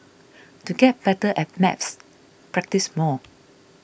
to get better at maths practise more